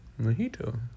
Mojito